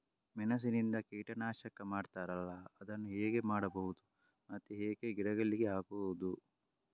ಮೆಣಸಿನಿಂದ ಕೀಟನಾಶಕ ಮಾಡ್ತಾರಲ್ಲ, ಅದನ್ನು ಹೇಗೆ ಮಾಡಬಹುದು ಮತ್ತೆ ಹೇಗೆ ಗಿಡಗಳಿಗೆ ಹಾಕುವುದು?